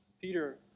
Peter